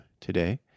today